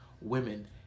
women